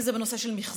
אם זה בנושא של מחזור,